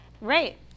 Right